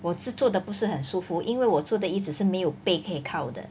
我是坐得不是很舒服因为我坐的椅子是没有背可以靠的